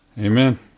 Amen